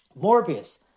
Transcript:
Morbius